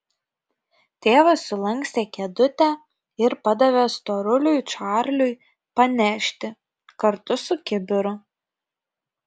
tėvas sulankstė kėdutę ir padavė storuliui čarliui panešti kartu su kibiru